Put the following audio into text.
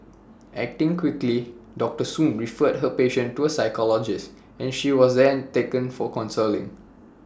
acting quickly doctor soon referred her patient to A psychologist and she was then taken for counselling